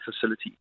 facility